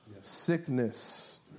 sickness